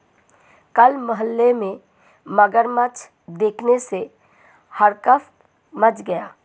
कल मोहल्ले में मगरमच्छ देखने से हड़कंप मच गया